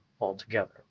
altogether